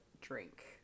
drink